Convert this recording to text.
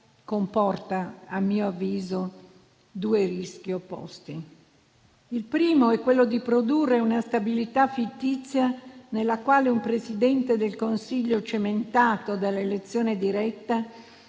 comporta, a mio avviso, due rischi opposti: il primo è quello di produrre una stabilità fittizia nella quale un Presidente del Consiglio cementato dall'elezione diretta